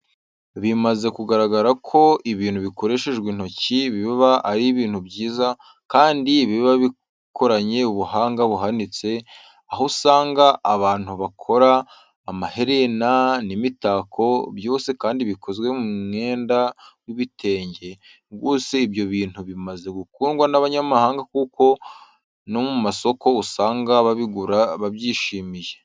Bimaze kugaragara ko ibintu bikoreshejwe intoki biba ari ibintu byiza kandi biba bikoranye ubuhanga buhanitse, aho usanga abantu bakora amaherena n'imitako byose kandi bikozwe mu mwenda w'ibitenge, rwose ibyo bintu bimaze no gukundwa n'abanyamahanga kuko no mu masoko usanga babigura babyishimiye.